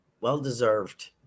well-deserved